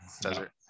desert